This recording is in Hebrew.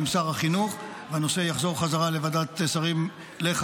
שצריך להיות בתקנון ודרך ועדת השרים לחקיקה.